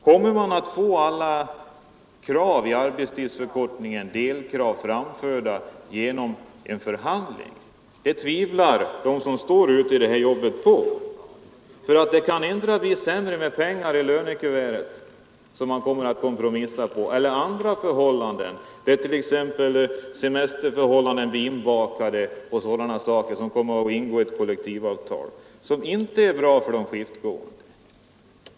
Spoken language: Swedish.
Kommer man att få igenom alla delkrav i samband med arbetstidsförkortningen vid en förhandling? Det tvivlar de på som står ute vid det här jobbet. Det kan endera bli sämre med pengar i lönekuvertet eller också kompromissar man om andra saker — semesterförhållanden kan t.ex. bli inbakade. I kollektivavtal kan det alltså komma att ingå villkor som inte är bra för de skiftgående.